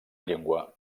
llengua